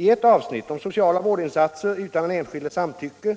I ett avsnitt om sociala vårdinsatser utan den enskildes samtycke